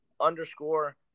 underscore